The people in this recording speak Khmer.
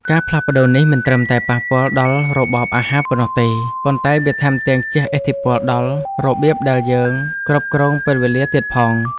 ការផ្លាស់ប្តូរនេះមិនត្រឹមតែប៉ះពាល់ដល់របបអាហារប៉ុណ្ណោះទេ ប៉ុន្តែវាថែមទាំងជះឥទ្ធិពលដល់របៀបដែលយើងគ្រប់គ្រងពេលវេលាទៀតផង។